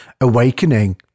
awakening